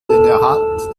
erhalt